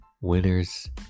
Winners